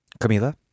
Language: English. Camila